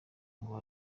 ngo